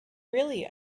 really